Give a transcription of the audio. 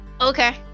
Okay